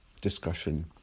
discussion